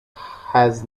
has